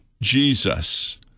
Jesus